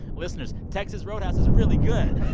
listeners, texas roadhouse is really good